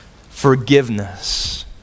forgiveness